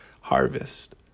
harvest